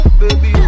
baby